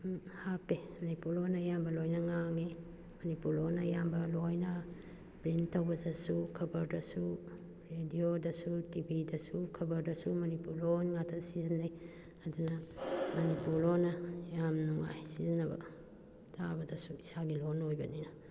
ꯍꯥꯞꯄꯦ ꯃꯅꯤꯄꯨꯔ ꯂꯣꯟꯅ ꯑꯌꯥꯝꯕ ꯂꯣꯏꯅ ꯉꯥꯡꯉꯦ ꯃꯥꯅꯤꯄꯨꯔ ꯂꯣꯟꯅ ꯑꯌꯥꯝꯕ ꯂꯣꯏꯅ ꯄ꯭ꯔꯤꯟꯠ ꯇꯧꯕꯗꯁꯨ ꯈꯕꯔꯗꯁꯨ ꯔꯦꯗꯤꯑꯣꯗꯁꯨ ꯇꯤꯚꯤꯗꯁꯨ ꯈꯕꯔꯗꯁꯨ ꯃꯅꯤꯄꯨꯔ ꯂꯣꯟ ꯉꯥꯛꯇ ꯁꯤꯖꯤꯟꯅꯩ ꯑꯗꯨꯅ ꯃꯅꯤꯄꯨꯔ ꯂꯣꯟꯅ ꯌꯥꯝ ꯅꯨꯡꯉꯥꯏ ꯁꯤꯖꯤꯟꯅꯕ ꯇꯥꯕꯗꯁꯨ ꯏꯁꯥꯒꯤ ꯂꯣꯟ ꯑꯣꯏꯕꯅꯤꯅ